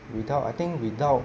without I think without